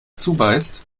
zubeißt